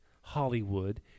Hollywood